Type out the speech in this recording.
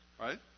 Right